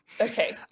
okay